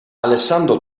alessandro